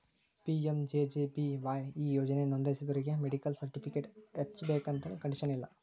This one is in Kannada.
ಪಿ.ಎಂ.ಜೆ.ಜೆ.ಬಿ.ವಾಯ್ ಈ ಯೋಜನಾ ನೋಂದಾಸೋರಿಗಿ ಮೆಡಿಕಲ್ ಸರ್ಟಿಫಿಕೇಟ್ ಹಚ್ಚಬೇಕಂತೆನ್ ಕಂಡೇಶನ್ ಇಲ್ಲ